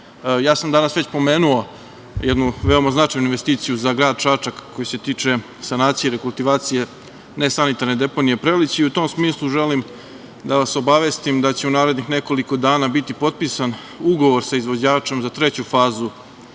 sam već pomenuo jednu veoma značajnu investiciju za grad Čačak koja se tiče sanacije i rekultivacije nesanitarne deponije „Prelići“ i u tom smislu želim da vas obavestim da će u narednih nekoliko dana biti potpisan ugovor sa izvođačem za treću fazu